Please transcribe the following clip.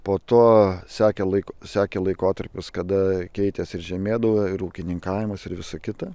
po to sekė laik sekė laikotarpis kada keitėsi ir žemėdava ir ūkininkavimas ir visa kita